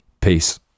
Peace